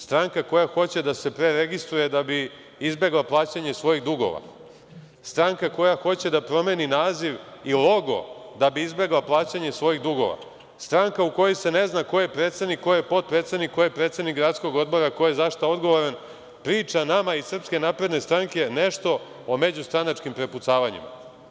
Stranka koja hoće da se preregistruje da bi izbegla plaćanje svojih dugova, stranka koja hoće da promeni naziv i logo da bi izbegla plaćanje svojih dugova, stranka u kojoj se ne zna ko je predsednik, ko je potpredsednik, ko je predsednik gradskog odbora, ko je za šta odgovoran, priča nama iz SNS nešto o međustranačkim prepucavanjima.